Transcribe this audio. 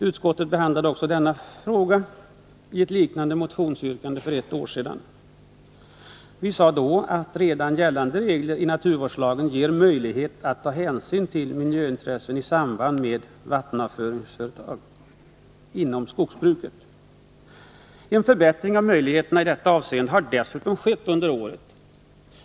Utskottet behandlade den frågan med anledning av ett liknande motionsyrkande för ett år sedan. Vi sade då att redan gällande regler i naturvårdslagen ger möjlighet att ta hänsyn till miljöintressen i samband med markavvattningsföretag inom skogsbruket. En förbättring av dessa möjligheter har dessutom skett under året.